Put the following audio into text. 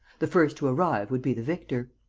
the first to arrive would be the victor.